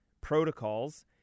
protocols